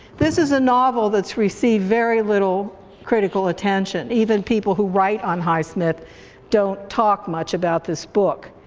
this is a novel that's received very little critical attention. even people who write on highsmith don't talk much about this book.